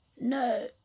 No